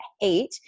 hate